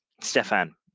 Stefan